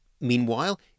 Meanwhile